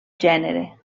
gènere